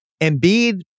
Embiid